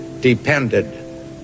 depended